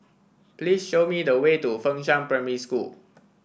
please show me the way to Fengshan Primary School